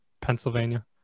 Pennsylvania